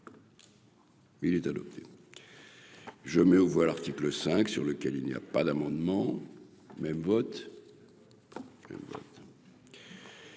Il est adopté, je mets aux voix, l'article 5 sur lequel il n'y a pas d'amendement même vote.